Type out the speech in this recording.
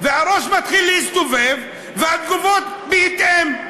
והראש מתחיל להסתובב והתגובות בהתאם.